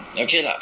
okay lah